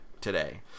today